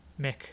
Mick